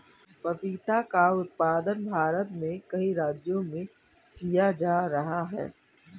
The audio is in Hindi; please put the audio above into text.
पपीता का उत्पादन भारत में कई राज्यों में किया जा रहा है